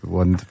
one